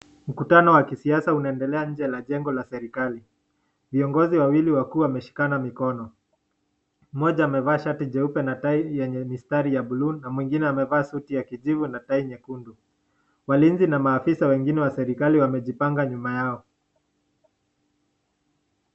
Mkutano wa kisiasa unaendea nje ya jengo ya serekali . Viongozi wawili wakuu wameshikana mkono. Mmoja amevaa shati jeupe na tai yenye mistari ya buluu na mwingine amevaa suti ya kijivu na tai nyekundu. Walinzi na maafisa wengine Wa serikali wamejipanga nyuma yao .